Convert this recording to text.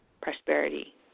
prosperity